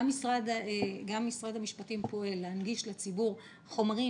גם משרד המשפטים פועל להנגיש לציבור חומרים